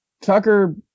Tucker